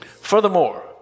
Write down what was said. Furthermore